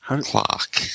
clock